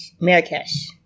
Marrakesh